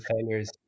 failures